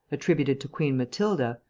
attributed to queen matilda,